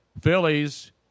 Phillies